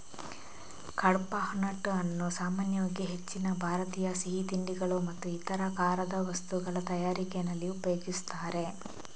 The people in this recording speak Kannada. ಕಡ್ಪಾಹ್ನಟ್ ಅನ್ನು ಸಾಮಾನ್ಯವಾಗಿ ಹೆಚ್ಚಿನ ಭಾರತೀಯ ಸಿಹಿ ತಿಂಡಿಗಳು ಮತ್ತು ಇತರ ಖಾರದ ವಸ್ತುಗಳ ತಯಾರಿಕೆನಲ್ಲಿ ಉಪಯೋಗಿಸ್ತಾರೆ